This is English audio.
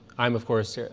i'm, of course, yeah